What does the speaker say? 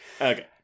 Okay